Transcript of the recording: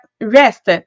rest